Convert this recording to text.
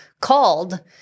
called